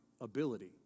ability